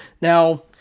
Now